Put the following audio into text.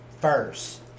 first